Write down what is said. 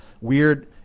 weird